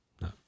No